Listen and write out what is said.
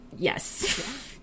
yes